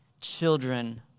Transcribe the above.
children